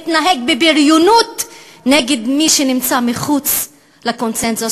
מתנהג בבריונות נגד מי שנמצא מחוץ לקונסנזוס,